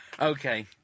Okay